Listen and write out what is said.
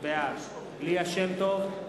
בעד ליה שמטוב,